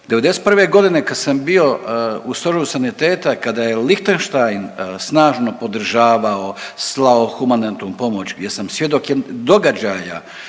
'91. godine kad sam bio u stožeru saniteta kada je Lichtenstein snažno podržavao, slao humanitarnu pomoć gdje sam svjedok događaja